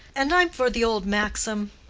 and i'm for the old maxim,